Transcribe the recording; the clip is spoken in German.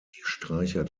streicher